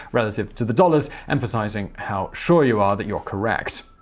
relative to the dollars, emphasizing how sure you are that you're correct.